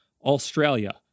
Australia